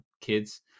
kids